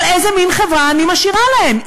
אבל איזה מין חברה אני משאירה להם,